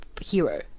hero